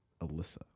Alyssa